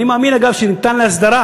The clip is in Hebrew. אני מאמין, אגב, שזה ניתן להסדרה.